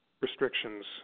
restrictions